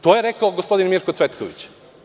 To je rekao gospodin Mirko Cvetković.